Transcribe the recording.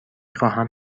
خواهم